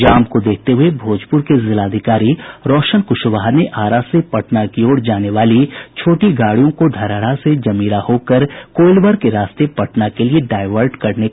जाम को देखते हुये भोजपुर के जिलाधिकारी रोशन कुशवाहा ने आरा से पटना की ओर जाने वाली छोटी गाड़ियों को धरहरा से जमीरा होकर कोइलवर के रास्ते पटना के लिए डायवर्ट करने का निर्देश दिया है